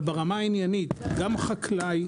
ברמה העניינית, גם חקלאי